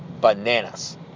bananas